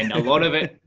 and a lot of it.